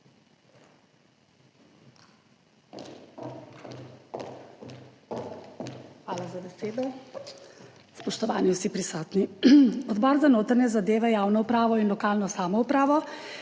Hvala za besedo. Spoštovani vsi prisotni! Odbor za notranje zadeve, javno upravo in lokalno samoupravo